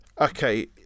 okay